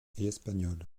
espagnole